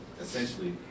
essentially